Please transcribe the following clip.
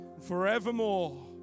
forevermore